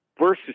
versus